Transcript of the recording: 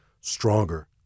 stronger